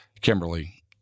Kimberly